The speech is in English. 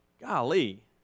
Golly